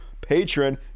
Patron